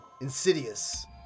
Insidious